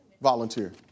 volunteer